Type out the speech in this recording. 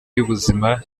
y’ubuzima